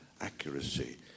accuracy